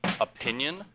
opinion